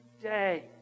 day